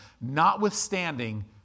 notwithstanding